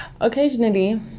occasionally